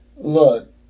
Look